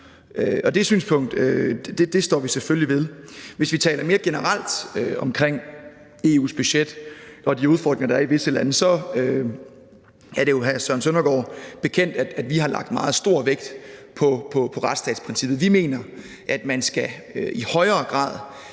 Og det synspunkt står vi selvfølgelig ved. Hvis vi taler mere generelt om EU's budget og de udfordringer, der er i visse lande, så er det jo hr. Søren Søndergaard bekendt, at vi har lagt meget stor vægt på retsstatsprincippet. Vi mener, at man i højere grad